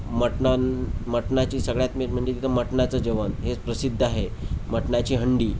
मटणान मटणाची सगळ्यात मेन म्हणजे तिथं मटणाचं जेवण हे प्रसिद्ध आहे मटणाची हंडी